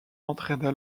entraîna